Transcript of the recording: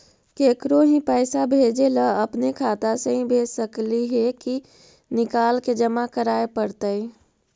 केकरो ही पैसा भेजे ल अपने खाता से ही भेज सकली हे की निकाल के जमा कराए पड़तइ?